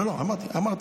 אמרתי.